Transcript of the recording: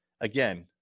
again